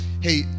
hey